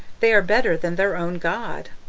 they are better than their own god.